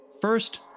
First